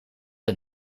het